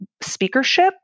speakership